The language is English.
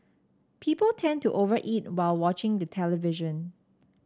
people tend to over eat while watching the television